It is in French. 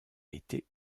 été